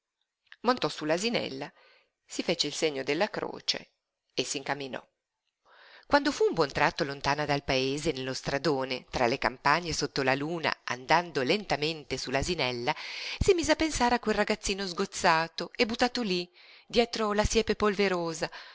montò su l'asinella si fece il segno della croce e s'incamminò quando fu un buon tratto lontana dal paese nello stradone tra le campagne sotto la luna andando lentamente su l'asinella si mise a pensare a quel ragazzino sgozzato e buttato lí dietro la siepe polverosa